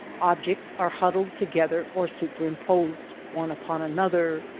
objects are huddled together or superimposed one upon another.